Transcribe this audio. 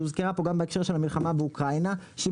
שהוצגה פה גם בהקשר של המלחמה באוקראינה שהיא